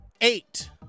eight